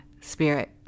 spirit